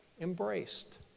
embraced